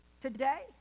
Today